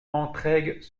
entraigues